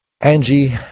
Angie